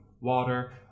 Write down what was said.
water